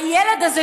הילד הזה,